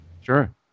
Sure